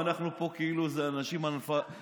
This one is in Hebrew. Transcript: ואנחנו פה כאילו אנשים אנאלפביתים.